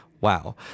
Wow